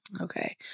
Okay